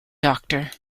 doctor